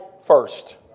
first